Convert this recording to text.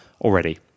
already